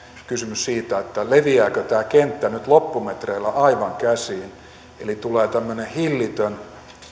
kysymys siitä leviääkö tämä kenttä nyt loppumetreillä aivan käsiin eli tulee tämmöinen hillitön